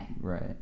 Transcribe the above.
Right